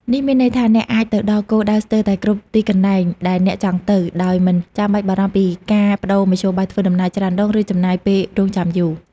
នេះមានន័យថា អ្នកអាចទៅដល់គោលដៅស្ទើរតែគ្រប់ទីកន្លែងដែលអ្នកចង់ទៅ ដោយមិនចាំបាច់បារម្ភពីការប្តូរមធ្យោបាយធ្វើដំណើរច្រើនដង ឬចំណាយពេលរង់ចាំយូរ។